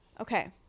Okay